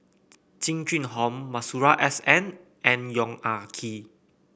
Jing Jun Hong Masuri S N and Yong Ah Kee